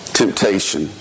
temptation